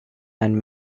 and